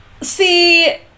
See